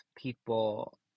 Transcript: people